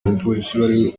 umupolisi